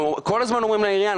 אנחנו כל הזמן אומרים לעירייה,